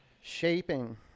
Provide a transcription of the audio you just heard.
Shaping